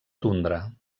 tundra